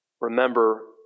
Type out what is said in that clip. remember